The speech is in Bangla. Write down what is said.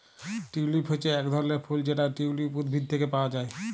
টিউলিপ হচ্যে এক ধরলের ফুল যেটা টিউলিপ উদ্ভিদ থেক্যে পাওয়া হ্যয়